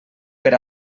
per